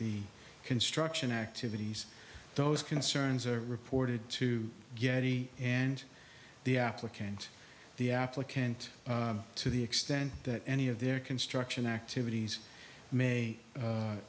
the construction activities those concerns are reported to getit and the applicant the applicant to the extent that any of their construction activities may